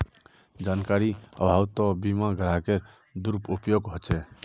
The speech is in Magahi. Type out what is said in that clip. जानकारीर अभाउतो बीमा ग्राहकेर दुरुपयोग ह छेक